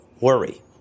worry